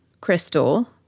Crystal